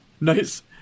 Nice